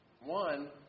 One